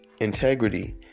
integrity